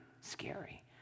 scary